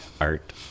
art